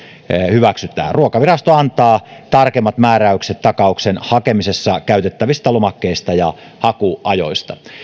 hyväksytään ruokavirasto antaa tarkemmat määräykset takauksen hakemisessa käytettävistä lomakkeista ja hakuajoista